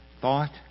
thought